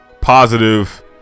positive